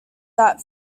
that